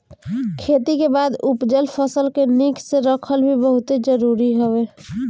खेती के बाद उपजल फसल के निक से रखल भी बहुते जरुरी हवे